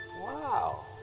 Wow